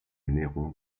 néron